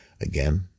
Again